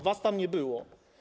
Was tam nie było.